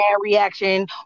reaction